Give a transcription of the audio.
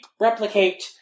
replicate